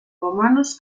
romanos